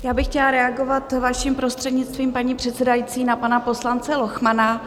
Já bych chtěla reagovat vaším prostřednictvím, paní předsedající, na pana poslance Lochmana.